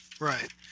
right